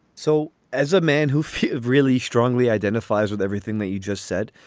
so as a man who really strongly identifies with everything that you just said,